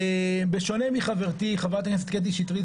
בשונה מחברתי חברת הכנסת קטי שטרית